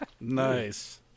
Nice